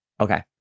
Okay